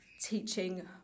teaching